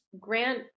grant